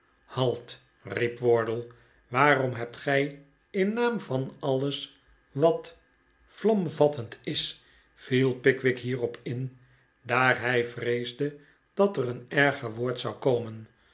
halt riep wardle waarom hebt gij in naam van alles wat vlamvattend is viel pickwick hierop in daar hij vreesde dat er een erger woord zou komen